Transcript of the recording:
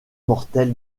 mortel